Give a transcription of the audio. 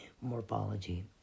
morphology